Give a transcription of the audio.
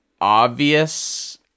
obvious